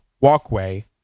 walkway